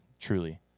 truly